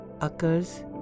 occurs